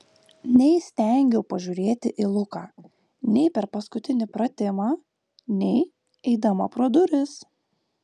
neįstengiau pažiūrėti į luką nei per paskutinį pratimą nei eidama pro duris